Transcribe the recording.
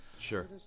Sure